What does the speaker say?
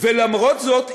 ולמרות זאת,